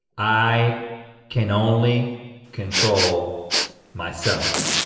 i can only control myself.